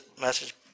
message